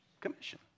commission